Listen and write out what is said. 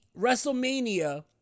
WrestleMania